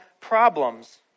problems